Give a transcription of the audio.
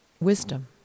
wisdom